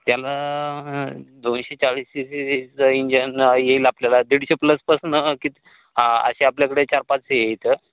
त्याला दोनशे चाळीस सी सीचं इंजन येईल आपल्याला दीडशे प्लसपासून किती हां असे आपल्याकडे चार पाच आहे इथं